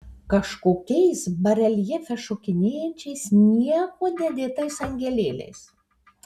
kažkokiais bareljefe šokinėjančiais niekuo nedėtais angelėliais